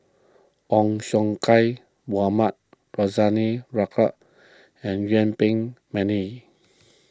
Ong Siong Kai Mohamed Rozani and Yuen Peng McNeice